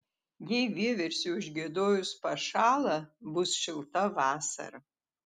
jei vieversiui užgiedojus pašąla bus šilta vasara